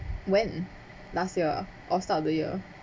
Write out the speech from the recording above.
when last year ah or start of the year